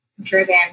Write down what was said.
driven